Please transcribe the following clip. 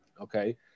Okay